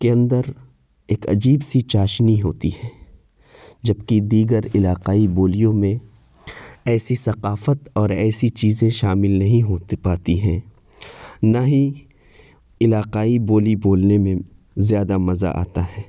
کے اندر ایک عجیب سی چاشنی ہوتی ہیں جبکہ دیگر علاقائی بولیوں میں ایسی ثقافت اور ایسی چیزیں شامل نہیں ہوتی پاتی ہیں نہ ہی علاقائی بولی بولنے میں زیادہ مزہ آتا ہے